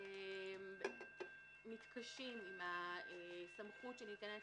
אנחנו מתקשים עם הסמכות שניתנת